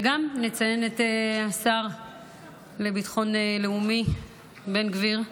וגם נציין את השר לביטחון לאומי בן גביר,